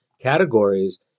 categories